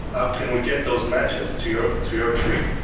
how can we get those matches to your to your tree?